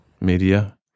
media